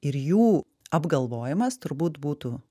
ir jų apgalvojimas turbūt būtų